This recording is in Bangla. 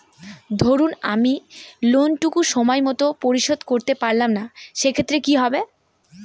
ধরুন আমি লোন টুকু সময় মত পরিশোধ করতে পারলাম না সেক্ষেত্রে কি হবে?